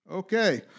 Okay